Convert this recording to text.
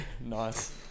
Nice